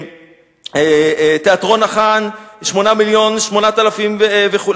תיאטרון "החאן" 8.8 מיליון.